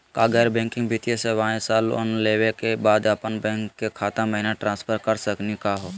का गैर बैंकिंग वित्तीय सेवाएं स लोन लेवै के बाद अपन बैंको के खाता महिना ट्रांसफर कर सकनी का हो?